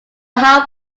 how